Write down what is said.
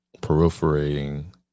perforating